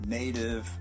native